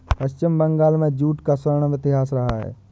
पश्चिम बंगाल में जूट का स्वर्णिम इतिहास रहा है